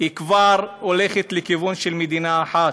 כבר הולכת לכיוון של מדינה אחת.